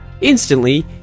Instantly